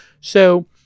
So-